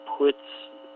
puts